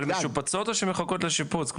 אבל משופצות, או שמחכות לשיפוץ?